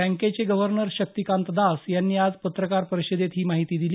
बँकेचे गव्हर्नर शक्तिकांत दास यांनी आज पत्रकार परिषदेत ही माहिती दिली